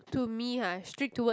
to me [huh] strict toward